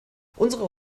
unsere